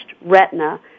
retina